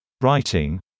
Writing